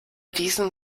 diesem